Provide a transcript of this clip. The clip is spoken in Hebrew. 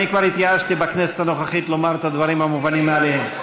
כי אני כבר התייאשתי בכנסת הנוכחית לומר את הדברים המובנים מאליהם.